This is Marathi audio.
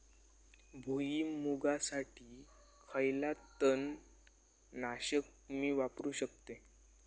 भुईमुगासाठी खयला तण नाशक मी वापरू शकतय?